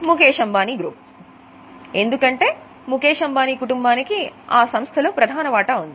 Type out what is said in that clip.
Mukesh Ambani group ఎందుకంటే ముకేష్ అంబానీ కుటుంబానికి ఆ సంస్థ లో ప్రధాన వాటా ఉంది